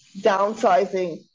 downsizing